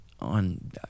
on